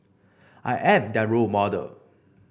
I am their role model